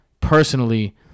personally